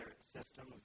system